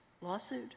lawsuit